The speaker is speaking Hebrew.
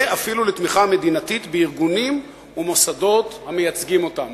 ואפילו בתמיכה מדינית בארגונים ובמוסדות המייצגים אותם.